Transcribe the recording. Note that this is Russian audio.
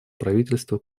правительства